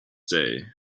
day